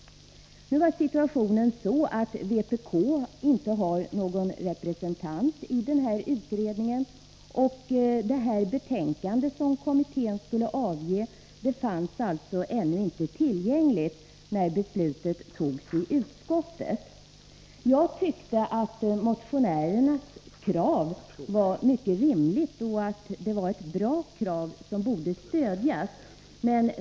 Nu var situationen den att vpk inte hade någon representant i utredningen. Det betänkande som kommittén skulle avge fanns alltså ännu inte tillgängligt då beslutet togs i utskottet. Jag tyckte att motionärernas krav var mycket rimligt och att det var bra och borde stödjas.